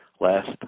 last